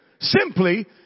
Simply